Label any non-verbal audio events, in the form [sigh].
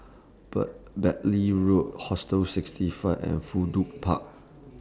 but Bartley Road Hostel sixty five and Fudu [noise] Park